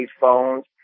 phones